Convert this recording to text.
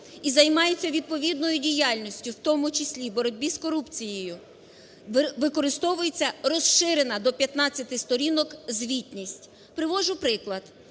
і займаються відповідною діяльністю, в тому числі боротьбі з корупцією, використовується розширена до 15 сторінок звітність. Приводжу приклад.